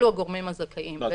אלה הגורמים הזכאים.